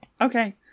okay